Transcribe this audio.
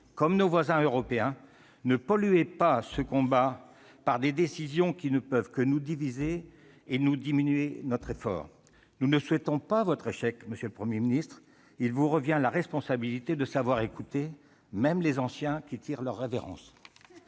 comme nos voisins européens. Ne polluez pas ce combat par des décisions qui ne peuvent que nous diviser et, donc, diminuer notre effort ! Nous ne souhaitons pas votre échec, monsieur le Premier ministre. Il vous revient la responsabilité de savoir écouter, même les anciens qui tirent leur révérence